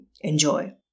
Enjoy